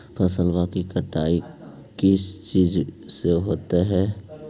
फसल की कटाई किस चीज से होती है?